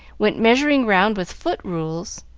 went measuring round with foot-rules,